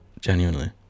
genuinely